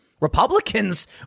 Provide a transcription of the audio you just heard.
Republicans